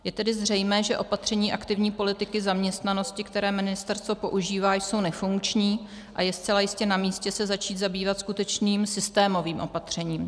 Je tedy zřejmé, že opatření aktivní politiky zaměstnanosti, která ministerstvo používá, jsou nefunkční, a je zcela jistě namístě se začít zabývat skutečným systémovým opatřením.